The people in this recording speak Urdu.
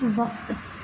وقت